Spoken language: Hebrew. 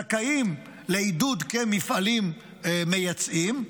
הם זכאים לעידוד כמפעלים מייצאים,